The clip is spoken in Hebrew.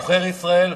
עוכר ישראל,